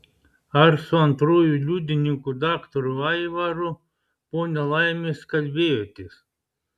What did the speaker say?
ar su antruoju liudininku daktaru aivaru po nelaimės kalbėjotės